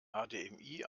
hdmi